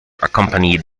accompanied